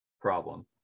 problem